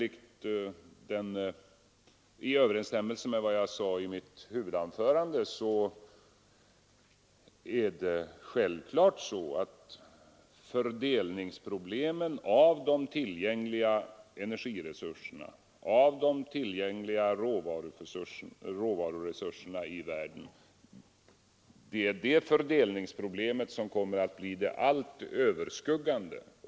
I överensstämmelse med vad jag sade i mitt huvudanförande är det självfallet så, att fördelningsproblemet när det gäller de tillgängliga energiresurserna och de tillgängliga råvaruresurserna i världen kommer att bli det allt överskuggande.